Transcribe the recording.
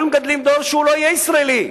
אנחנו מגדלים דור שלא יהיה ישראלי,